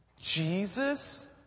Jesus